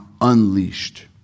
unleashed